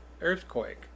earthquake